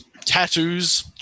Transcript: Tattoos